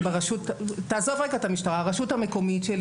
אם נניח ברשות המקומית שלי